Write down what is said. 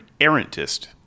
errantist